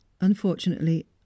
unfortunately